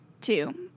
Two